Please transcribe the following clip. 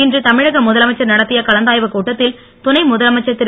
இன்று தமிழக முதலமைச்சர் நடத்தய கலந்தாய்வு கூட்டத்தில் துணை முதலமைச்சர் திரு